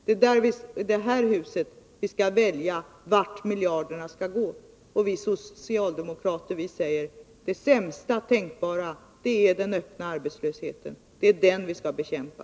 Det är i det här huset vi skall välja vart miljarderna skall gå. Och vi socialdemokrater säger: Det sämsta tänkbara är den öppna arbetslösheten. Det är den vi skall bekämpa.